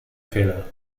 fehler